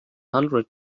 hundred